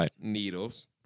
needles